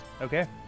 Okay